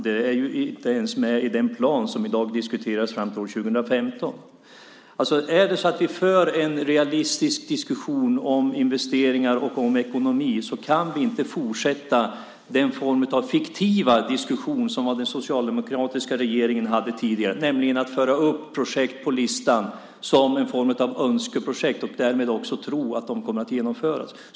Det är inte ens med i den plan fram till år 2015 som i dag diskuteras. Om vi för en realistisk diskussion om investeringar och ekonomi kan vi inte fortsätta den form av fiktiv diskussion som den socialdemokratiska regeringen hade tidigare, nämligen att föra upp projekt på listan som en form av önskeprojekt och därmed också tro att de kommer att genomföras.